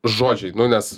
žodžiai nes